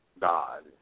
God